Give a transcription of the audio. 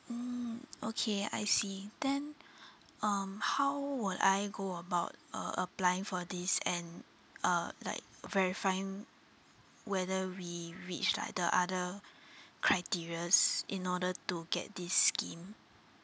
mm okay I see then um how will I go about uh applying for this and uh like verifying whether we reach like the other criterias in order to get this scheme